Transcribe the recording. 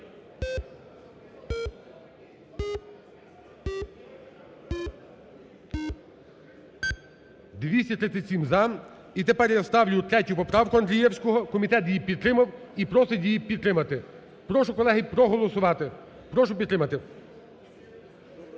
За-237 І тепер я ставлю 3 поправку Андрієвського. Комітет її підтримав і просить її підтримати. Прошу, колеги, проголосувати. Прошу підтримати. Прошу